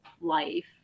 life